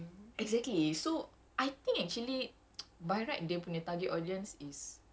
exactly so I think actually by right dia punya target audience is